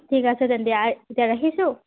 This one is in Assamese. ঠিক আছে তেন্তে এতিয়া ৰাখিছোঁ